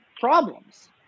problems